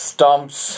Stumps